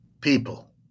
people